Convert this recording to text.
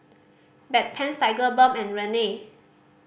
Bedpans Tigerbalm and Rene